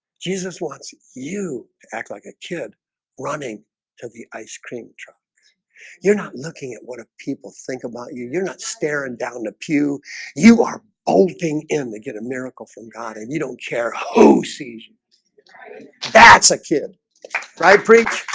jesus wants you you to act like a kid running to the ice-cream truck you're not looking at what if people think about you you're not staring down the pew you are holding in they get a miracle from god and you don't care who sees that's a kid right freak